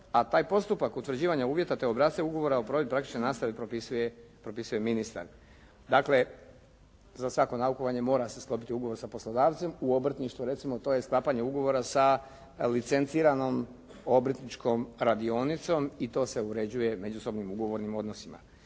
a taj postupak utvrđivanja uvjeta te obrasce Ugovora o provedbi praktične nastave propisuje ministar. Dakle, za svako naukovanje mora se sklopiti ugovor sa poslodavcem u obrtništvu. Recimo to je sklapanje ugovora sa licenciranom obrtničkom radionicom i to se uređuje međusobnim ugovornim odnosima.